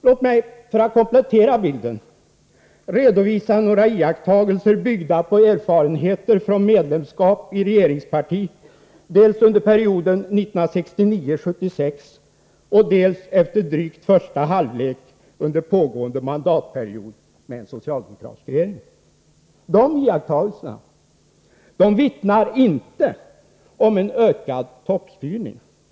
Låt mig för att komplettera bilden redovisa några iakttagelser byggda på erfarenheter från medlemskap i regeringsparti dels under perioden 1969-1976, dels efter drygt första halvlek under pågående mandatperiod med en socialdemokratisk regering. De iakttagelserna vittnar inte om en ökad toppstyrning.